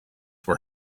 were